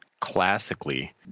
classically